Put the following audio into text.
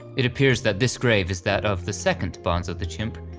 it appears that this grave is that of the second bonzo of the chimp,